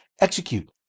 execute